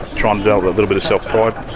try and develop a little bit of self-pride.